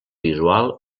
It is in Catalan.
visual